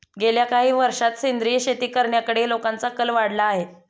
गेल्या काही वर्षांत सेंद्रिय शेती करण्याकडे लोकांचा कल वाढला आहे